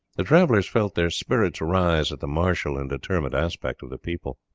the travellers felt their spirits rise at the martial and determined aspect of the people.